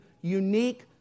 unique